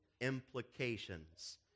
implications